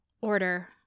order